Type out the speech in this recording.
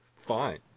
Fine